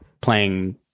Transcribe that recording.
playing